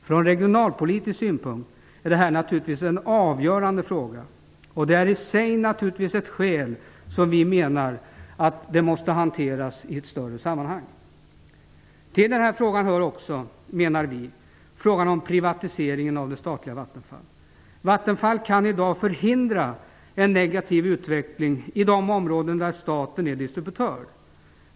Från regionalpolitisk synpunkt är detta naturligtvis en avgörande fråga, och vi menar att detta i sig är ett skäl för att detta måste hanteras i ett större sammanhang. Till saken hör också, enligt vår mening, frågan om privatisering av det statliga Vattenfall. Vattenfall kan i dag förhindra en negativ utveckling i de områden där staten är distributör.